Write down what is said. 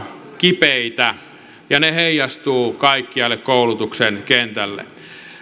kipeitä ja ne heijastuvat kaikkialle koulutuksen kentälle